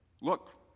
Look